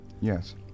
Yes